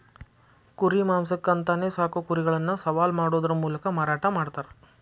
ಕುರಿ ಮಾಂಸಕ್ಕ ಅಂತಾನೆ ಸಾಕೋ ಕುರಿಗಳನ್ನ ಸವಾಲ್ ಮಾಡೋದರ ಮೂಲಕ ಮಾರಾಟ ಮಾಡ್ತಾರ